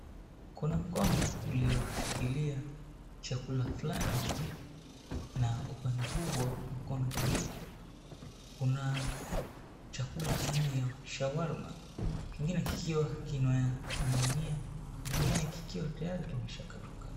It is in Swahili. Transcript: Kuna mkono ulioshikilia chakula fulani la upande huu wa mkono wa kulia kuna chakula aina ya shawarma kingine kikiwa kinaning'inia kingine kikiwa tayari kishakatwa.